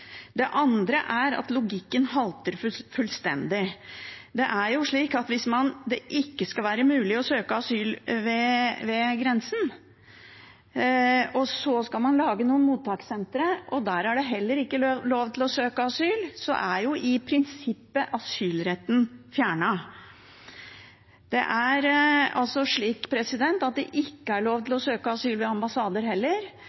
at logikken halter fullstendig. Hvis det ikke skal være mulig å søke asyl ved grensen og man skal lage mottakssentre der det heller ikke er lov til å søke asyl, så er jo i prinsippet asylretten fjernet. Det er heller ikke lov å søke asyl ved ambassader, og man kan ikke